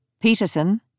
Peterson